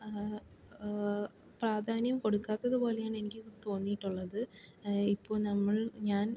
പ്രാധാന്യം കൊടുക്കാത്തത് പോലെയാണ് എനിക്ക് തോന്നിയിട്ടുള്ളത് ഇപ്പോൾ ഞങ്ങൾ ഞാൻ